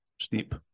steep